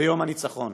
ביום הניצחון.